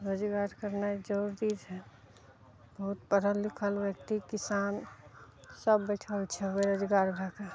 रोजगार करनाइ जरूरी छै बहुत पढ़ल लिखल व्यक्ति किसान सब बैठल छै बेरोजगार भए कऽ